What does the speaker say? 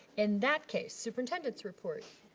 in that case superintendent's report.